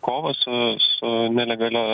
kovos su nelegaliu